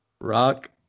Rock